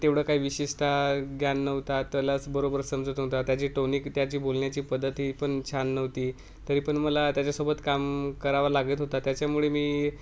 तेवढं काही विशेषतः ज्ञान नव्हता त्यालाच बरोबर समजत नव्हता त्याची टोनिक त्याची बोलण्याची पद्धती ही पण छान नव्हती तरी पण मला त्याच्यासोबत काम करावं लागत होता त्याच्यामुळे मी